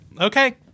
okay